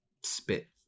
spit